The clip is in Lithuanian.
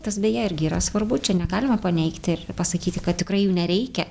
tas beje irgi yra svarbu čia negalima paneigti ir pasakyti kad tikrai jų nereikia